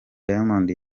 diamond